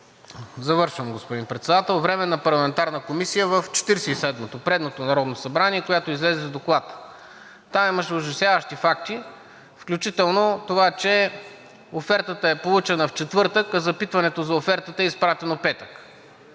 Завършвам, господин Председател. …Временна парламентарна комисия в Четиридесет и седмото – предното, Народно събрание, която излезе с доклад. Там имаше ужасяващи факти, включително това, че офертата е получена в четвъртък, а запитването за офертата е изпратено в петък.